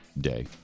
Day